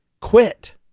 quit